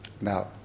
Now